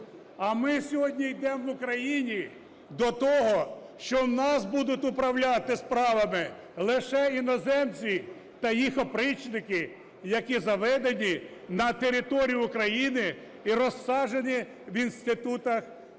А ми сьогодні йдемо в Україні до того, що у нас будуть управляти справами лише іноземці та їх опричники, які заведені на територію України і розсаджені в інститутах влади,